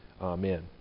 Amen